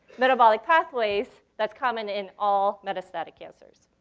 metabolic pathways that's common in all metastatic cancers.